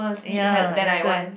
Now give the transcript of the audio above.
ya that's why